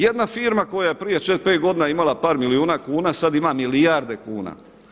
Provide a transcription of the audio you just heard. Jedna firma koja je prije četiri, pet godina imala par milijuna kuna, sad ima milijarde kuna.